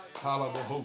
Hallelujah